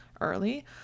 early